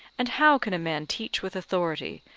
and how can a man teach with authority,